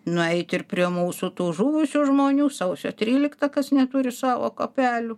nueiti ir prie mūsų tų žuvusių žmonių sausio tryliktą kas neturi savo kapelių